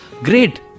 Great